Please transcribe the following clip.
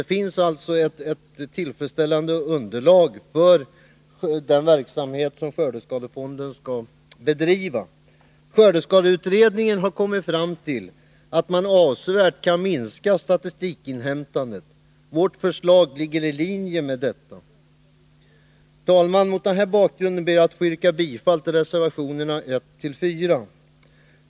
Det finns alltså ett tillfredsställande underlag för den verksamhet som skördeskadefonden skall bedriva. Skördeskadeutredningen har kommit fram till att man avsevärt kan minska statistikinhämtandet. Vårt förslag ligger i linje med detta. Herr talman! Mot denna bakgrund ber jag att få yrka bifall till reservationerna 1-4.